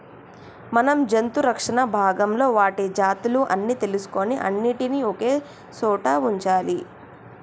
మనం జంతు రక్షణ భాగంలో వాటి జాతులు అన్ని తెలుసుకొని అన్నిటినీ ఒకే సోట వుంచాలి